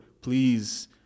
please